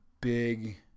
big